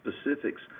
specifics